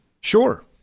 Sure